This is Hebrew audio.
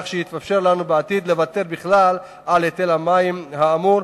כך שיתאפשר לנו בעתיד לוותר בכלל על היטל המים האמור,